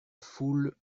foule